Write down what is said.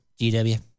GW